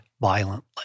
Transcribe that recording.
violently